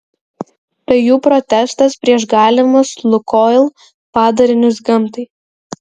tai jų protestas prieš galimus lukoil padarinius gamtai